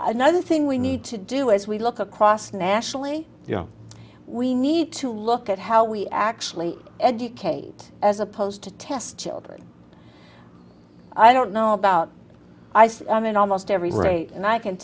another thing we need to do as we look across nationally you know we need to look at how we actually educate as opposed to test children i don't know about i say i'm in almost every rate and i can